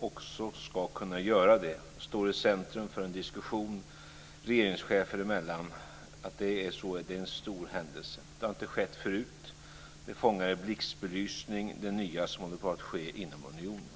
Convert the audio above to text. också ska kunna göra det står i centrum för en diskussion regeringschefer emellan är en stor händelse. Det har inte skett förut. Det fångar i blixtbelysning det nya som håller på att ske inom unionen.